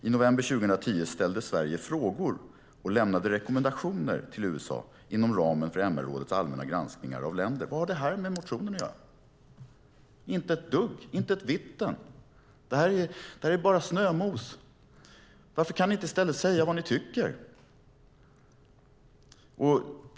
I november 2010 ställde Sverige frågor och lämnade rekommendationer till USA inom ramen för MR-rådets allmänna granskningar av länder." Vad har detta med motionen att göra? Inte ett dugg! Inte ett vitten! Det är bara snömos. Varför kan ni inte i stället säga vad ni tycker?